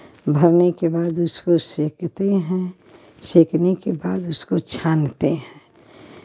भरने के बाद उसको सेंकते हैं सेंकने के बाद उसको छानते हैं